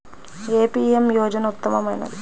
ఏ P M యోజన ఉత్తమమైనది?